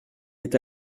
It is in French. est